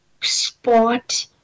sport